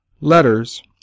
Letters